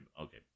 Okay